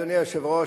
אדוני היושב-ראש,